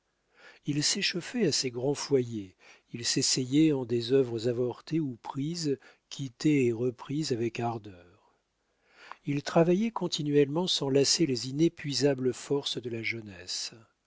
il s'échauffaient à ces grands foyers ils s'essayaient en des œuvres avortées ou prises quittées et reprises avec ardeur ils travaillaient continuellement sans lasser les inépuisables forces de la jeunesse